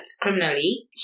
criminally